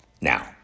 Now